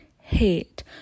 hate